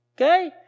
Okay